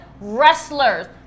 wrestlers